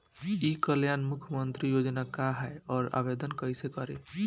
ई कल्याण मुख्यमंत्री योजना का है और आवेदन कईसे करी?